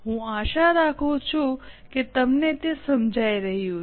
હું આશા રાખું છું કે તમને તે સમજાય રહ્યું છે